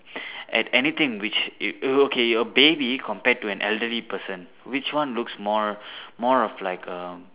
at anything which it okay your baby compared to an elderly person which one looks more more of like um